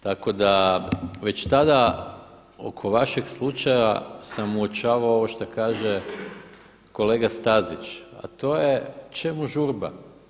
Tako da već tada oko vašeg slučaja sam uočavao ovo što kaže kolega Stazić, a to je čemu žurba.